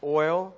oil